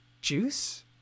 juice